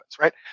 right